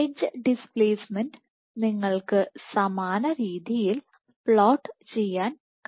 edge ഡിസ്പ്ലേസ്മെന്റിന് നിങ്ങൾക്ക് സമാന രീതിയിൽ പ്ലോട്ട് ചെയ്യാൻ കഴിയും